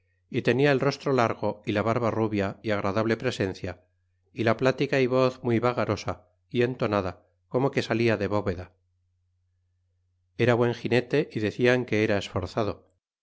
é tenia el rostro largo é la barba rubia é agradable presencia é la platica é voz muy vagarosa é entonada como que sala de bóveda era buen ginete é decian que era esforzado